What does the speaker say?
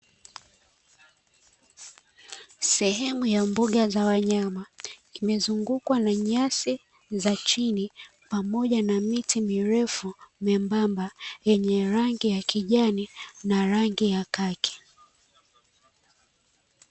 Sehemu ya mbuga za wanyama, imezungukwa na nyasi za chini pamoja na miti mirefu, myembamba yenye rangi ya kijani na rangi ya kaki.